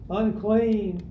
unclean